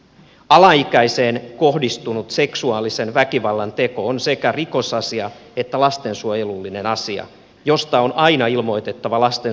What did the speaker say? alaikäiseen kohdistunut seksuaalisen väkivallan teko on sekä rikosasia että lastensuojelullinen asia josta on aina ilmoitettava lastensuojeluviranomaisille